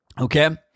Okay